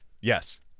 Yes